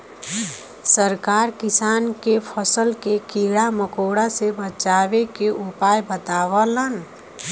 सरकार किसान के फसल के कीड़ा मकोड़ा से बचावे के उपाय बतावलन